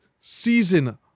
season